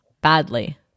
badly